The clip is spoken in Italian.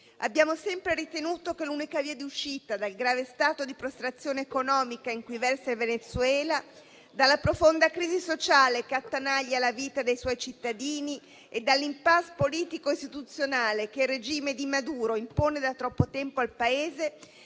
Abbiamo sempre ritenuto che l'unica via d'uscita dal grave stato di prostrazione economica in cui versa il Venezuela, dalla profonda crisi sociale che attanaglia la vita dei suoi cittadini e dall'*impasse* politico-istituzionale che il regime di Maduro impone da troppo tempo al Paese,